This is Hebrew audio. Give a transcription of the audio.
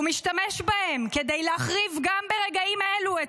והוא משתמש בהן כדי להחריב גם ברגעים אלו את